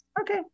Okay